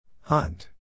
Hunt